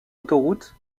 autoroute